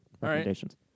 recommendations